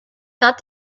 thought